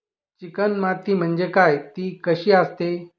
Chicken माती म्हणजे काय? ति कशी असते?